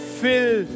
fill